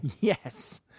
Yes